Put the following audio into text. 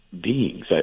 beings